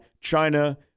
China